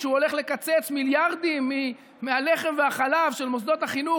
שהוא הולך לקצץ מיליארדים מהלחם והחלב של מוסדות החינוך,